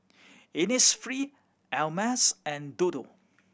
Innisfree Ameltz and Dodo